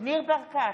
ניר ברקת,